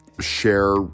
share